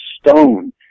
stone